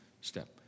step